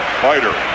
fighter